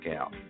out